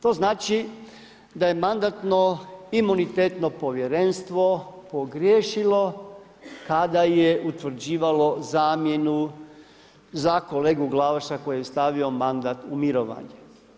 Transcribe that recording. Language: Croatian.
To znači da je mandatno imunitetno povjerenstvo pogriješilo kada je utvrđivalo zamjenu za kolegu Glavaša koji je stavio mandat u mirovanje.